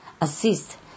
assist